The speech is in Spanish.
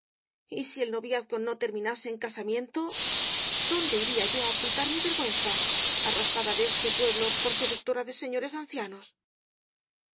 casáramos y si el noviazgo no terminase en casamiento dón de iría yo á ocultar mi vergüenza arrojada de este pueblo por seductora de señores ancianos